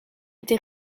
été